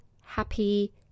happy